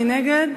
מי נגד?